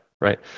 right